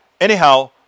Anyhow